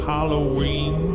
Halloween